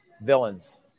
villains